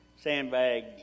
sandbag